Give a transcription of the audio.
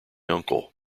uncle